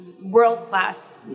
world-class